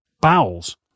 bowels